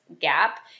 gap